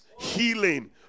healing